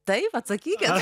taip atsakykit